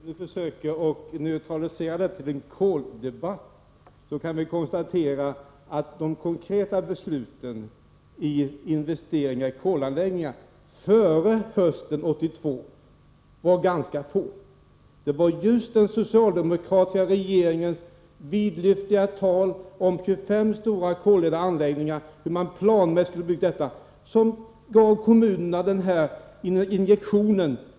Herr talman! Om vi försöker koncentrera detta till en koldebatt, kan vi konstatera att de konkreta besluten om investeringar i kolanläggningar var ganska få före hösten 1982. Det var just den socialdemokratiska regeringens vidlyftiga tal om hur man planmässigt skulle bygga 25 stora koleldade anläggningar som gav kommunerna den här injektionen.